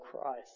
Christ